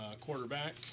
Quarterback